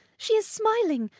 she is smiling!